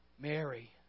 Mary